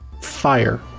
fire